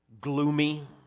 gloomy